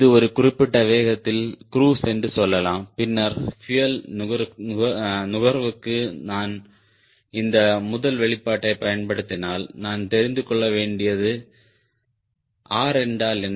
இது ஒரு குறிப்பிட்ட வேகத்தில் க்ரூஸ் என்று சொல்லலாம் பின்னர் பியூயல் நுகர்வுக்கு நான் இந்த முதல் வெளிப்பாட்டைப் பயன்படுத்தினால் நான் தெரிந்து கொள்ள வேண்டியது R என்றால் என்ன